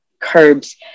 curbs